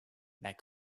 that